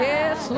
Yes